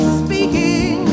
speaking